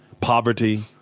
poverty